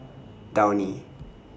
Downy